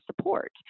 support